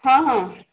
ହଁ ହଁ